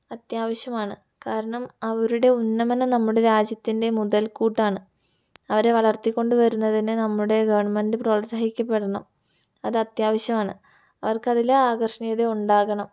അത്യാവശ്യമാണ് കാരണം അവരുടെ ഉന്നമനം നമ്മുടെ രാജ്യത്തിൻ്റെ മുതൽക്കൂട്ടാണ് അവരെ വളർത്തിക്കൊണ്ട് വരുന്നതിന് നമ്മുടെ ഗവൺമെൻറ് പ്രോത്സാഹിക്കപ്പെടണം അത് അത്യാവശ്യമാണ് അവർക്കതില് ആകർഷീയണീത ഉണ്ടാകണം